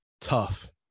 tough